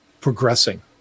progressing